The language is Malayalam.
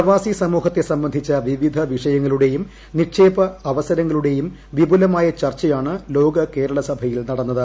പ്രവാസി സമൂഹത്തെ സംബന്ധിച്ച വിവിധ വിഷയങ്ങളുടേയും നിക്ഷേപ അവസരങ്ങളുടേയും വിപുലമായ ചർച്ചയാണ് ലോക കേരള സഭയിൽ നടന്നത്